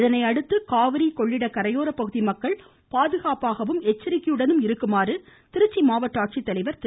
இதனையடுத்து காவிரி கொள்ளிட கரையோர பகுதி மக்கள் பாதுகாப்பாகவும் எச்சாிக்கையுடனும் இருக்குமாறு திருச்சி மாவட்ட ஆட்சித்தலைவர் திரு